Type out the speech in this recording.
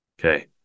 Okay